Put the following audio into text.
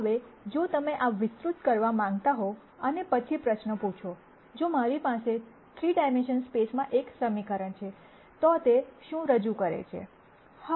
હવે જો તમે આ વિસ્તૃત કરવા માંગતા હો અને પછી પ્રશ્ન પૂછો જો મારી પાસે એક 3 ડાઈમેન્શનલ સ્પેસમાં એક સમીકરણ છે તો તે શું રજૂ કરે છે